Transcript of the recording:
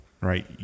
right